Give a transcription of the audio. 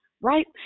Right